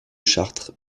chartres